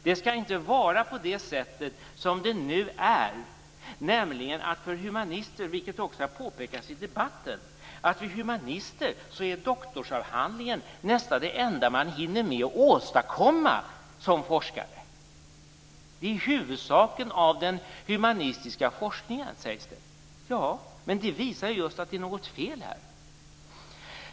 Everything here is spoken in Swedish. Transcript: Det skall inte vara som det nu är, nämligen att doktorsavhandlingen för humanister - vilket också har påpekats i debatten - nästan är det enda man hinner åstadkomma som forskare. Det sägs att det är det huvudsakliga i den humanistiska forskningen och det visar just att det är något som är fel här.